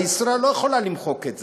ישראל לא יכולה למחוק את זה.